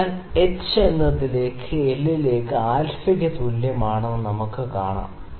അതിനാൽ h എന്നത് L ലേക്ക് α എന്നതിന് തുല്യമാണെന്ന് നമുക്ക് കാണാം